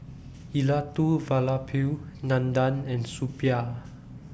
Elattuvalapil Nandan and Suppiah